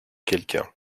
quelqu’un